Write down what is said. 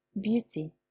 Beauty